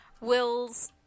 Wills